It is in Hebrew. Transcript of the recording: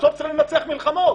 בסוף צריכים לנצח מלחמות.